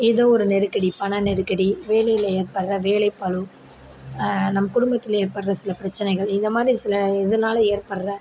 ஏதோ ஒரு நெருக்கடி பண நெருக்கடி வேலையில் ஏற்படுகிற வேலைப்பளு நம்ம குடும்பத்தில் ஏற்படுகிற சில பிரச்சனைகள் இதைமாரி சில இதனால ஏற்படற